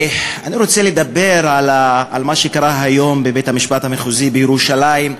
אני רוצה לדבר על מה שקרה היום בבית-המשפט המחוזי בירושלים,